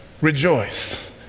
rejoice